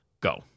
Go